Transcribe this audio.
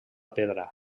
pedra